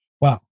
wow